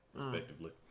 respectively